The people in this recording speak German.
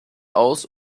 aus